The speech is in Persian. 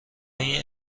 این